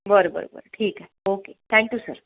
बरं बरं बरं ठीक आहे ओके थँक्यू सर